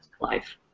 life